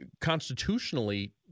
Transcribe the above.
constitutionally